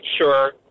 sure